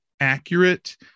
accurate